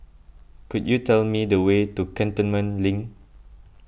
could you tell me the way to Cantonment Link